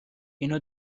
اینا